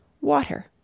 Water